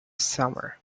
summer